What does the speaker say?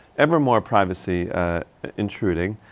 ever more privacy ah intruding.